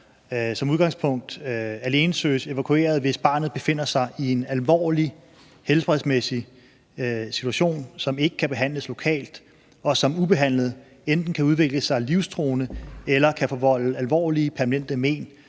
som udgangspunkt alene søges evakueret, hvis barnet befinder sig i en alvorlig helbredsmæssig situation, som ikke kan behandles lokalt, og som ubehandlet enten kan udvikle sig livstruende eller kan forvolde alvorlige permanente men.